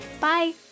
Bye